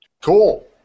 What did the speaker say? Cool